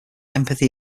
empathy